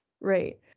Right